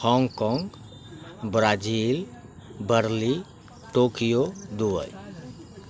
Hong Kong Brasil Berlin Tokyo Dubai